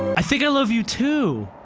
i think i love you, too!